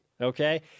Okay